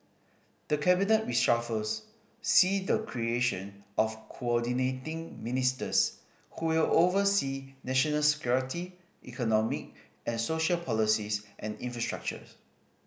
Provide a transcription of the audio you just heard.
the cabinet reshuffles see the creation of Coordinating Ministers who will oversee national security economic and social policies and infrastructure